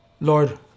Lord